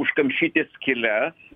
užkamšyti skyles